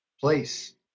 place